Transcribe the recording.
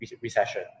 recession